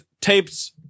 tapes